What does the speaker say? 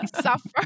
suffer